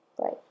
right